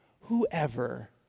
whoever